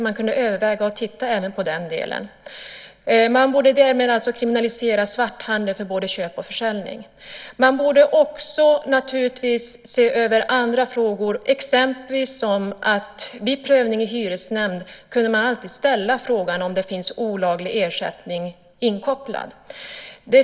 Man kunde överväga att titta även på den delen och därmed alltså kriminalisera svarthandeln både vad gäller köp och försäljning. Naturligtvis borde man se över också andra frågor. Exempelvis skulle man vid prövning i hyresnämnd alltid kunna ställa frågan om det finns olaglig ersättning inkopplad.